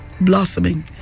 blossoming